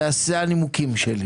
אלה הנימוקים שלי.